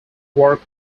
work